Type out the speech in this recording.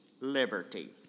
liberty